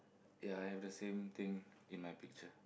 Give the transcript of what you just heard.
ya I have the same thing in my picture